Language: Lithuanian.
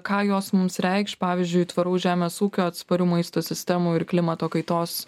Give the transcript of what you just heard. ką jos mums reikš pavyzdžiui tvaraus žemės ūkio atsparių maisto sistemų ir klimato kaitos